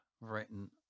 written